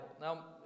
Now